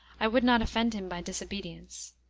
i would not offend him by disobedience.